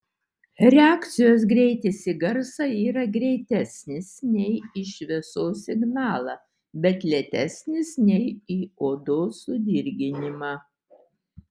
reakcijos greitis į garsą yra greitesnis nei į šviesos signalą bet lėtesnis nei į odos sudirginimą